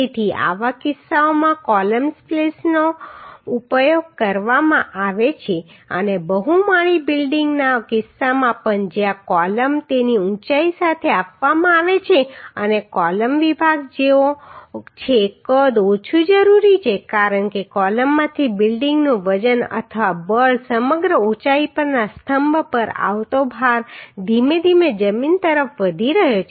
તેથી આવા કિસ્સાઓમાં કૉલમ સ્પ્લિસનો ઉપયોગ કરવામાં આવે છે અને બહુમાળી બિલ્ડિંગના કિસ્સામાં પણ જ્યાં કૉલમ તેની ઊંચાઈ સાથે આપવામાં આવે છે અમે કૉલમ વિભાગ જોયો છે કદ ઓછું જરૂરી છે કારણ કે કૉલમમાંથી બિલ્ડિંગનું વજન અથવા બળ સમગ્ર ઊંચાઈ પરના સ્તંભ પર આવતો ભાર ધીમે ધીમે જમીન તરફ વધી રહ્યો છે